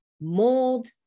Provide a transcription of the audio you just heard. mold